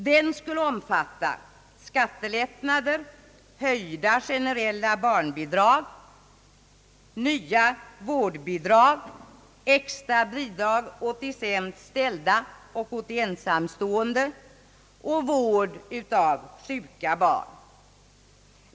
Den skulle omfatta skattelättnader, höjda generella barnbidrag, nya vårdbidrag, extra bidrag åt de sämst ställda och åt de ensamstående samt vård av sjuka barn.